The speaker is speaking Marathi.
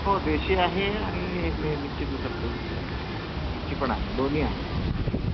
हो देशी आहे आणि नेहमीची दुस आपली हिची पण आहे दोन्ही आहे